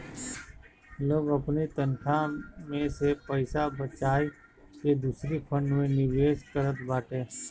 लोग अपनी तनखा में से पईसा बचाई के दूसरी फंड में निवेश करत बाटे